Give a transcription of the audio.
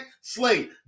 slate